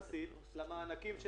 רשויות שמקבלות מענק איזון,